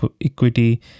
equity